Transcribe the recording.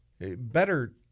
Better